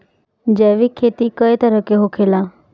जैविक खेती कए तरह के होखेला?